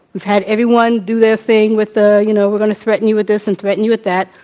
we've had everyone do their thing with the you know, we're going to threaten you with this and threaten you with that.